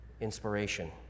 inspiration